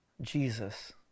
Jesus